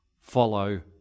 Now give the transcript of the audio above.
follow